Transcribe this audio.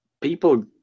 people